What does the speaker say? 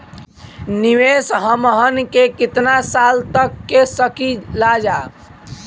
निवेश हमहन के कितना साल तक के सकीलाजा?